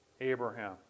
Abraham